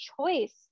choice